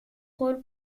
rôles